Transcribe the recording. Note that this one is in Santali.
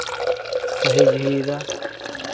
ᱥᱟᱹᱦᱤ ᱡᱩᱦᱤᱭᱮᱫᱟ